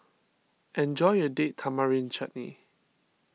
enjoy your Date Tamarind Chutney